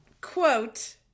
quote